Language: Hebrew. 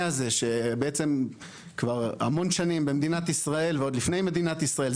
הזה שבעצם כבר המון שנים במדינת ישראל ועוד לפני מדינת ישראל,